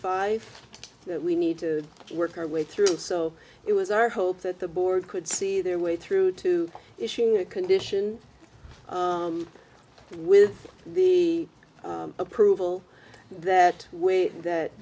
that we need to work our way through so it was our hope that the board could see their way through to issuing a condition with the approval that way that